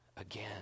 again